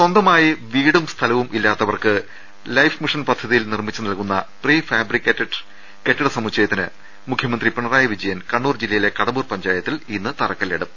സ്വന്തമായി വീടും സ്ഥലവും ഇല്ലാത്തവർക്ക് ലൈഫ് മിഷൻ പദ്ധതിയിൽ നിർമ്മിച്ചു നൽകുന്ന പ്രീ ഫാബ്രിക്കേറ്റഡ് കെട്ടിട സമുച്ചയത്തിന് മുഖ്യമന്ത്രി പിണറായി വിജയൻ കണ്ണൂർ ജില്ലയിലെ കടമ്പൂർ പഞ്ചാ യത്തിൽ തറക്കല്ലിടും